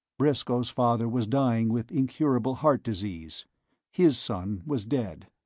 briscoe's father was dying with incurable heart disease his son was dead,